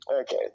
Okay